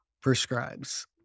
prescribes